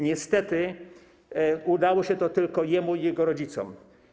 Niestety udało się to tylko jemu i jego rodzicom.